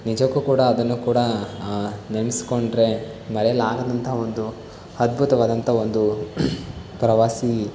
ನಿಜಕ್ಕೂ ಕೂಡ ಅದನ್ನು ಕೂಡ ನೆನೆಸಿಕೊಂಡರೆ ಮರೆಯಲಾಗದಂಥ ಒಂದು ಅದ್ಭುತವಾದಂಥ ಒಂದು ಪ್ರವಾಸಿ